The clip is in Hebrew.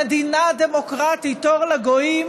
המדינה הדמוקרטית, אור לגויים,